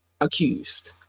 accused